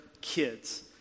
kids